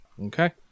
Okay